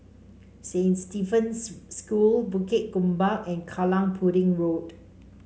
Saint Stephen's School Bukit Gombak and Kallang Pudding Road